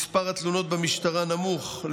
מספר התלונות במשטרה נמוך,